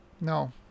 No